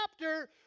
chapter